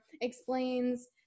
explains